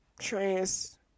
trans